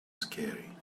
scary